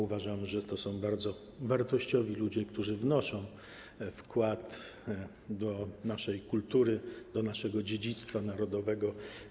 Uważam, że to są bardzo wartościowi ludzie, którzy wnoszą wkład do naszej kultury, do naszego dziedzictwa narodowego.